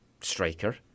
striker